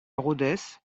rhodes